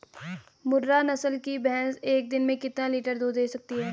मुर्रा नस्ल की भैंस एक दिन में कितना लीटर दूध दें सकती है?